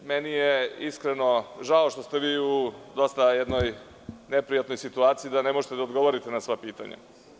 Meni je, iskreno, žao što ste vi u dosta jednoj neprijatnoj situaciji da ne možete da odgovorite na sva pitanja.